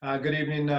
um good evening,